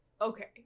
Okay